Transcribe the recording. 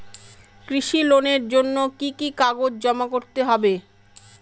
কৃষি লোনের জন্য কি কি কাগজ জমা করতে হবে?